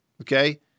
okay